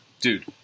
Dude